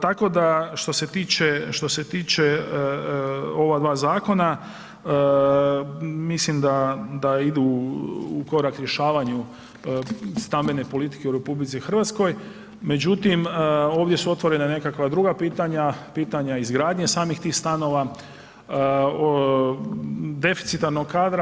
Tako da što se tiče, što se tiče ova dva zakona mislim da idu u korak rješavanju stambene politike u RH, međutim ovdje su otvorena nekakva druga pitanja, pitanja izgradnje samih tih stanova, deficitarnog kadra.